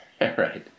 Right